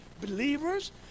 believers